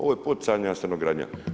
Ovo je poticana stanogradnja.